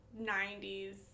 90s